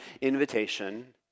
invitation